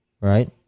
right